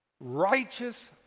Righteous